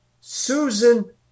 Susan